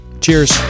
Cheers